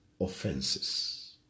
offenses